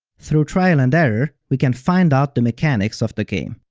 through trial and error, we can find out the mechanics of the game.